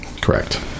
Correct